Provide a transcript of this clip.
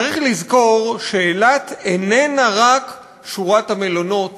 צריך לזכור שאילת איננה רק שורת המלונות